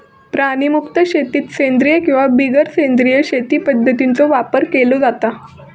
प्राणीमुक्त शेतीत सेंद्रिय किंवा बिगर सेंद्रिय शेती पध्दतींचो वापर केलो जाता